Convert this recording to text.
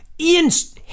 Ian's